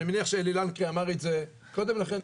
אני מניח שאלי לנקרי אמר את זה קודם לכן,